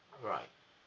alright